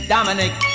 Dominic